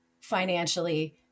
financially